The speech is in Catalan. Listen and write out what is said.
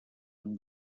amb